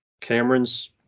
Cameron's